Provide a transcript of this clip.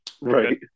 Right